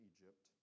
Egypt